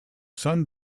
sun